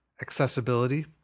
accessibility